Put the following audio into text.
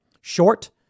short